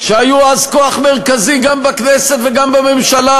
שהיו אז כוח מרכזי גם בכנסת וגם בממשלה.